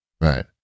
Right